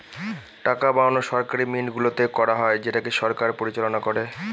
টাকা বানানো সরকারি মিন্টগুলোতে করা হয় যেটাকে সরকার পরিচালনা করে